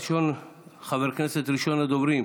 ראשון הדוברים,